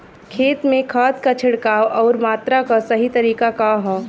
खेत में खाद क छिड़काव अउर मात्रा क सही तरीका का ह?